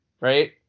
right